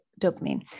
dopamine